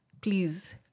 please